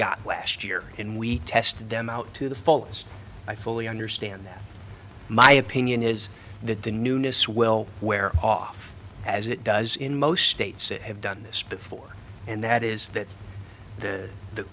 got last year and we test them out to the fullest i fully understand that my opinion is that the newness will wear off as it does in most states that have done this before and that is that the